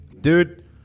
dude